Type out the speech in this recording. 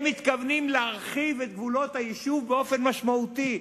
הם מתכוונים להרחיב את גבולות היישוב באופן משמעותי.